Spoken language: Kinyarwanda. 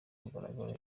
mugaragaro